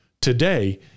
today